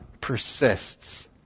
persists